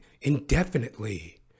indefinitely